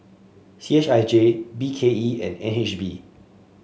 C H I J B K E and N H B